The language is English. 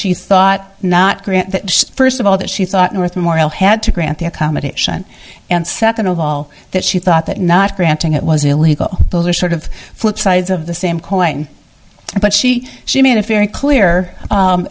she thought not grant that first of all that she thought north moral had to grant the accommodation and second of all that she thought that not granting it was illegal those are sort of flip sides of the same coin but she she made it very clear